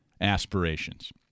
aspirations